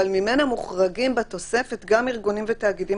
אבל ממנה מוחרגים בתוספת גם ארגונים ותאגידים